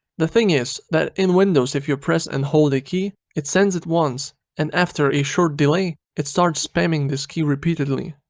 the thing is, that in windows if you press and hold a key it sends it once and after a short delay it starts spamming this key repeatedly.